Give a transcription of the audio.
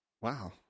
Wow